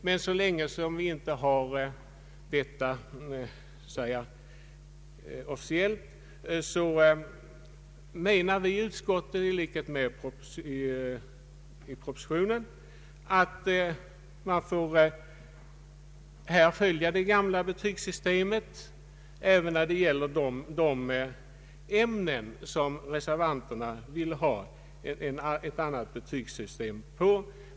Men så länge vi inte har kännedom om detta officiellt, menar vi i utskottet, i likhet med vad som framföres i propositionen, att man får följa det gamla betygssystemet även när det gäller ämnen som reservanterna vill ha ett annat betygssystem för.